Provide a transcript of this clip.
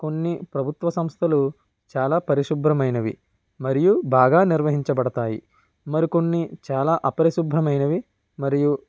కొన్ని ప్రభుత్వ సంస్థలు చాలా పరిశుభ్రమైనవి మరియు బాగా నిర్వహించబడతాయి మరికొన్ని చాలా అపరిశుభ్రమైనవి మరియు